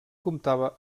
comptava